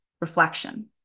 reflection